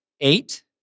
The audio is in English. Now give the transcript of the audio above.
eight